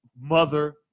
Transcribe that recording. mother